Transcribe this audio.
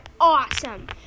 awesome